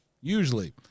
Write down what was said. Usually